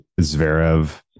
Zverev